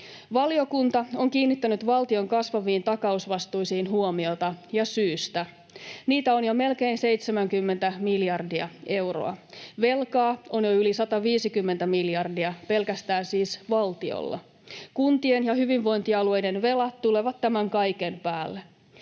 Valiokunta on kiinnittänyt valtion kasvaviin takausvastuisiin huomiota — ja syystä. Niitä on jo melkein 70 miljardia euroa. Velkaa on jo yli 150 miljardia, siis pelkästään valtiolla. Kuntien ja hyvinvointialueiden velat tulevat tämän kaiken päälle.